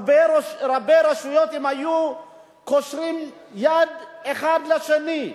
הרבה רשויות, אם היו קושרים יד אחד לשני,